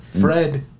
Fred